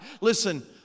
Listen